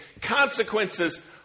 consequences